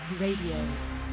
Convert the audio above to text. Radio